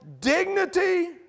dignity